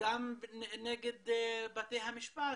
נגד בתי המשפט